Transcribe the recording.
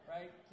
Right